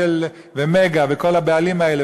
ו"מגה" וכל הבעלים האלה,